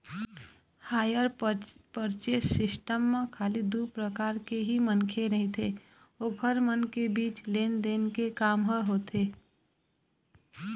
hire purchase system म खाली दू परकार के ही मनखे रहिथे ओखर मन के ही बीच लेन देन के काम ह होथे